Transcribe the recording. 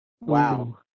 Wow